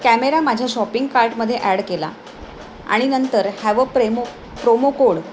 camera माझ्या shopping कार्टमध्ये add केला आणि नंतर ह्यावं प्रेमो प्रोमो कोड